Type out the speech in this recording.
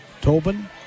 Tobin